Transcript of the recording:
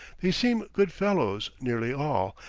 they seem good fellows, nearly all,